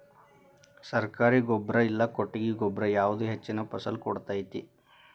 ಸರ್ಕಾರಿ ಗೊಬ್ಬರ ಇಲ್ಲಾ ಕೊಟ್ಟಿಗೆ ಗೊಬ್ಬರ ಯಾವುದು ಹೆಚ್ಚಿನ ಫಸಲ್ ಕೊಡತೈತಿ?